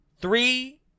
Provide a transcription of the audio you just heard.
Three